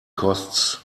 costs